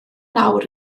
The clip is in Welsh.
nawr